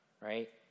right